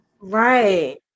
Right